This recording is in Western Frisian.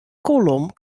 kolom